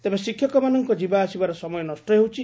ତେବେ ଶିକ୍ଷକମାନଙ୍କ ଯିବା ଆସିବାରେ ସମୟ ନଷ ହେଉଛି